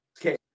Okay